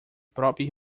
própria